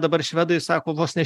dabar švedai sako vos ne